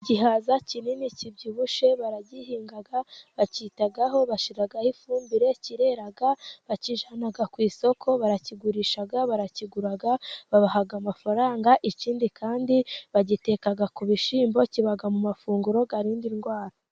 Igihaza kinini kibyibushye, baragihinga, bacyitaho, bashyiraho ifumbire, kirera bakijyana ku isoko, barakigurisha, barakigura, babaha amafaranga, ikindi kandi bagiteka ku bishyimbo, kiba mu mafunguro arinda ndwara.